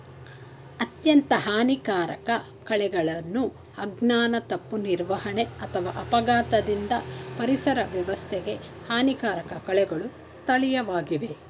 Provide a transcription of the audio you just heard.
ಅತ್ಯಂತ ಹಾನಿಕಾರಕ ಕಳೆಗಳನ್ನು ಅಜ್ಞಾನ ತಪ್ಪು ನಿರ್ವಹಣೆ ಅಥವಾ ಅಪಘಾತದಿಂದ ಪರಿಸರ ವ್ಯವಸ್ಥೆಗೆ ಹಾನಿಕಾರಕ ಕಳೆಗಳು ಸ್ಥಳೀಯವಾಗಿವೆ